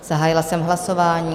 Zahájila jsem hlasování.